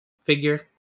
figure